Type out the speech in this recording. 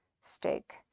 Steak